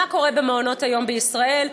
מה קורה במעונות-היום בישראל,